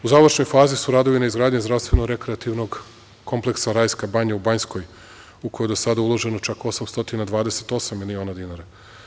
U završnoj fazi su radovi na izgradnji zdravstveno-rekreativnog kompleksa "Rajska banja" u Banjskoj, u koju je do sada uloženo čak 828 miliona dinara.